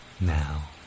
Now